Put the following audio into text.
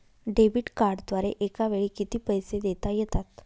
Debit कार्डद्वारे एकावेळी किती पैसे देता येतात?